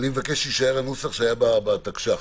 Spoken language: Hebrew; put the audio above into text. אני מבקש שיישאר הנוסח שהיה בתקש"ח: